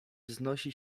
wznosi